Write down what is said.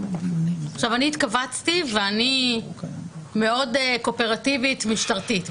אני התכווצתי ואני מאוד קואופרטיבית משטרתית.